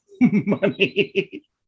money